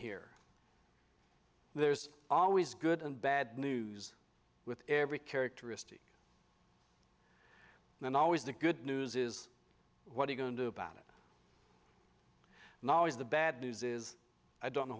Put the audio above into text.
here there's always good and bad news with every characteristic and always the good news is what you go into about it now is the bad news is i don't know